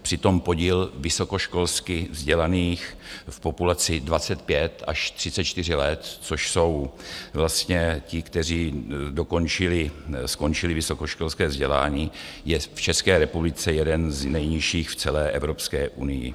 Přitom podíl vysokoškolsky vzdělaných v populaci 25 až 34 let, což jsou vlastně ti, kteří skončili vysokoškolské vzdělání, je v České republice jeden z nejnižších v celé Evropské unii.